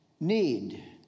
Need